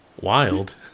Wild